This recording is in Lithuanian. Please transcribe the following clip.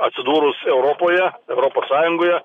atsidūrus europoje europos sąjungoje